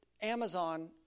Amazon